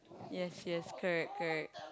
yes yes correct correct